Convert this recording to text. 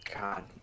god